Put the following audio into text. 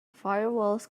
firewalls